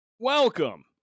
Welcome